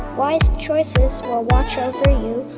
wise choices will watch over you.